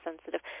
sensitive